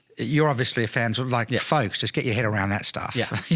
you're obviously a fans would like yeah folks just get your head around that stuff, yeah you